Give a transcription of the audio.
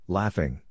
laughing